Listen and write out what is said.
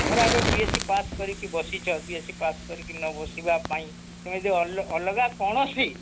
ଧରାଯାଉ B S C pass କରିକି ବସିଛ ବି ଏସ୍ ସି ପାସ୍ କରିକି ନ ବସିବା ପାଇଁ ତୁମେ ଯେଉଁ ଅଲ ଅଲଗା କୌଣସି